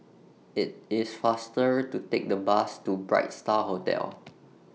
IT IS faster to Take The Bus to Bright STAR Hotel